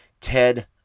Ted